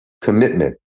commitment